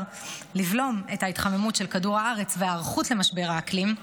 לבלום את ההתחממות של כדור הארץ בהיערכות למשבר האקלים,